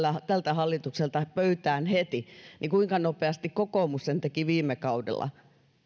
tältä hallitukselta pöytään heti niin kuinka nopeasti kokoomus sen teki viime kaudella